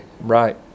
Right